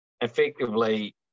Effectively